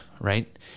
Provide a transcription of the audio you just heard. right